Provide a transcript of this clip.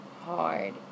hard